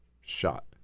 shot